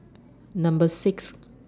Number six